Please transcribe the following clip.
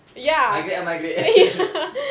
migrate ah migrate